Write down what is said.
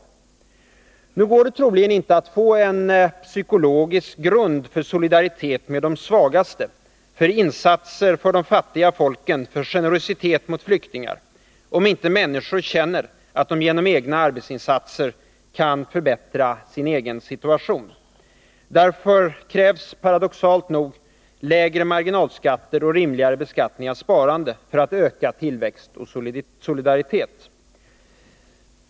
Troligen går det inte att få en psykologisk grund för solidaritet med de svagaste, för insatser för de fattiga folken, för generositet mot flyktingar, om inte människor känner att de genom egna arbetsinsatser kan förbättra sin egen situation. Därför krävs — paradoxalt nog — lägre marginalskatter och rimligare beskattning av sparande för att öka tillväxt och solidaritet.